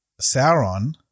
Sauron